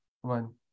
one